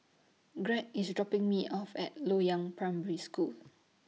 Greg IS dropping Me off At Loyang Primary School